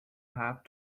have